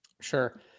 Sure